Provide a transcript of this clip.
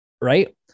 Right